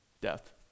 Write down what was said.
Death